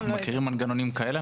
אנחנו מכירים מנגנונים כאלה,